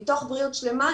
מתוך בריאות שלמה,